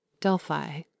Delphi